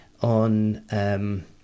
on